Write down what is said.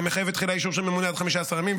מחייבת תחילה אישור של ממונה עד 15 ימים,